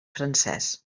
francès